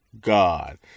God